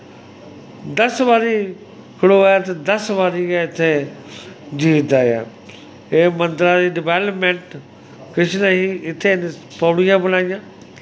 दस बारी खड़ोऐ ते दस बारी गै इत्थै जित्तदा ऐ एह् मन्दरा दी डवैलमैंट कुछ नेंही इत्थें पौड़ियां बनाइयां